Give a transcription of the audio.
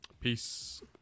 Peace